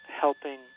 helping